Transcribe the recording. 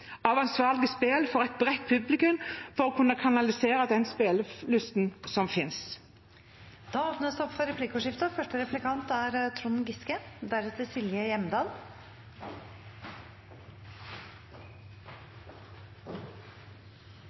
et bredt publikum for å kunne kanalisere den spillelysten som finnes. Det åpnes for replikkordskifte. I denne saken blir det